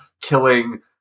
killing